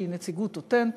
שהיא נציגות אותנטית,